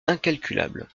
incalculable